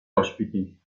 ospiti